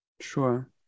Sure